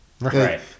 Right